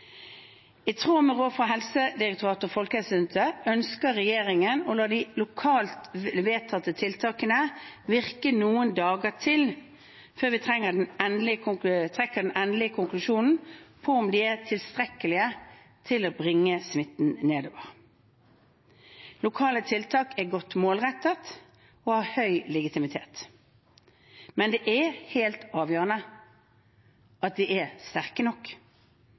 ønsker regjeringen å la de lokalt vedtatte tiltakene virke noen dager til før vi trekker den endelige konklusjonen på om de er tilstrekkelige til å bringe smitten nedover. Lokale tiltak er godt målrettet og har høy legitimitet. Men det er helt avgjørende at de er sterke nok,